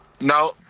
No